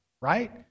right